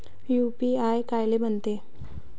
UPI कायले म्हनते?